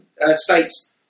States